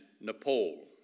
Nepal